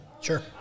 Sure